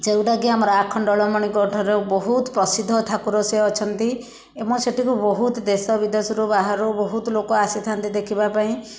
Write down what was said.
ଯେଉଁଟାକି ଆମର ଆଖଣ୍ଡଳମଣିଙ୍କଠାରେ ବହୁତ ପ୍ରସିଦ୍ଧ ଠାକୁର ସେ ଅଛନ୍ତି ଏବଂ ସେଠିକୁ ବହୁତ ଦେଶ ବିଦେଶରୁ ବାହାରୁ ବହୁତ ଲୋକ ଆସିଥାନ୍ତି ଦେଖିବା ପାଇଁ